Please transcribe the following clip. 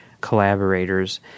collaborators